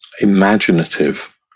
imaginative